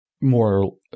more